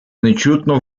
нечутно